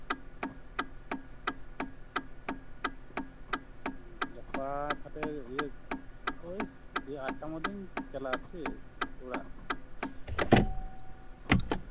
ᱜᱟᱯᱟ ᱛᱟᱞᱦᱮ ᱳᱭ ᱟᱴᱴᱟ ᱢᱚᱫᱽᱫᱷᱮᱧ ᱪᱟᱞᱟᱜ ᱟᱥᱮ ᱪᱮᱫ ᱚᱲᱟᱜ